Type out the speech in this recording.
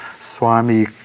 Swami